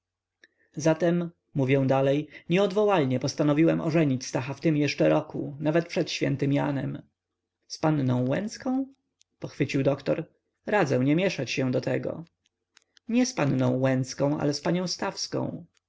zatem mówię dalej nieodwołalnie postanowiłem ożenić stacha w tym jeszcze roku nawet przed świętym janem z panną łęcką pochwycił doktor radzę nie mieszać się do tego nie z panną łęcką ale z panią stawską